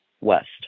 west